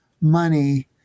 money